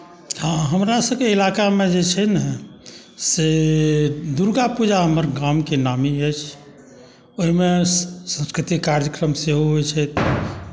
हँ हमरासभके इलाकामे जे छै ने से दुर्गा पूजा हमर गामके नामी अछि ओहिमे सांस्कृतिक कार्यक्रम सेहो होइ छै